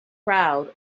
crowd